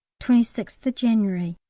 twenty sixth january.